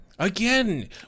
Again